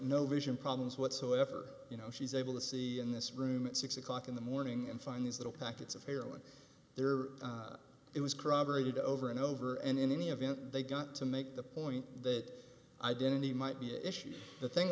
no vision problems whatsoever you know she's able to see in this room at six o'clock in the morning and find these little packets of heroin there it was corroborated over and over and in any event they got to make the point that identity might be an issue the thing